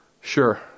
Sure